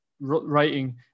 writing